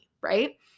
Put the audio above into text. right